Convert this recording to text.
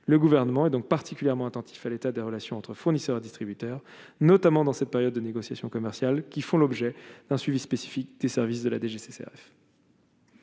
le gouvernement est donc particulièrement attentifs à l'état des relations entre fournisseurs et distributeurs, notamment dans cette période de négociations commerciales qui font l'objet d'un suivi spécifique des services de la DGCCRF.